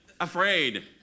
Afraid